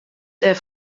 der